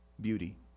beauty